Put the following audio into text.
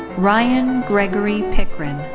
ryan gregory pickren.